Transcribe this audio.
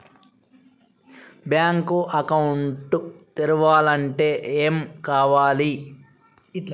Bank account తెరవాలంటే ఏమేం కావాలి?